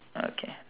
okay